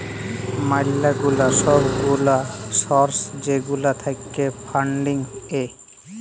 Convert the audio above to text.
ম্যালা গুলা সব গুলা সর্স যেগুলা থাক্যে ফান্ডিং এ